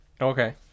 Okay